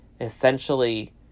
essentially